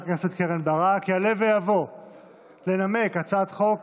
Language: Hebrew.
יעלה ויבוא לנמק הצעת חוק